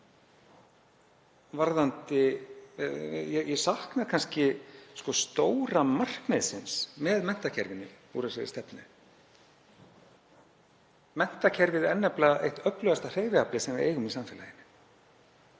saman. Ég sakna kannski stóra markmiðsins með menntakerfinu úr þessari stefnu. Menntakerfið er nefnilega eitt öflugasta hreyfiaflið sem við eigum í samfélaginu.